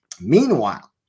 Meanwhile